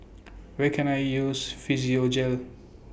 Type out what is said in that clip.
Where Can I use Physiogel For